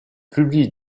publie